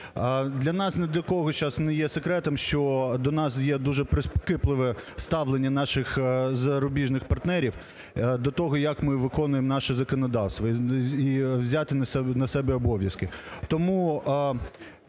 зараз не є секретом, що до нас є дуже прискіпливе ставлення наших зарубіжних партнерів до того, як ми виконуємо наше законодавство і взяті на себе обов'язки.